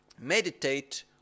meditate